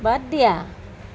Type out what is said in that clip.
বাদ দিয়া